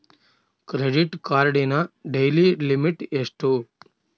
Credit ಕಾರ್ಡಿನ daily limit ಎಷ್ಟು?